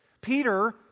Peter